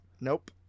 Nope